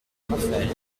raphaël